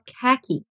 khaki